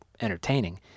entertaining